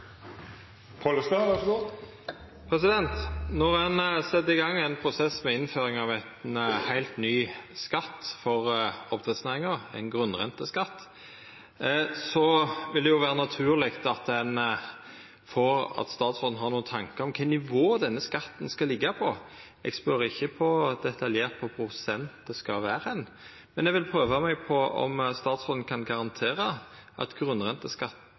Når ein set i gang ein prosess med innføring av ein heilt ny skatt for oppdrettsnæringa, ein grunnrenteskatt, vil det vera naturleg at statsråden har nokre tankar om på kva nivå denne skatten skal liggja. Eg spør ikkje detaljert om kva prosent det skal vera, men eg vil prøva meg på om statsråden kan garantera at